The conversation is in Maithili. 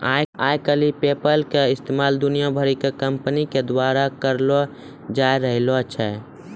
आइ काल्हि पेपल के इस्तेमाल दुनिया भरि के कंपनी के द्वारा करलो जाय रहलो छै